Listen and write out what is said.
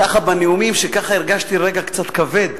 ככה, בנאומים, שככה הרגשתי רגע קצת כבד.